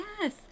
Yes